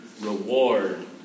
reward